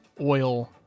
oil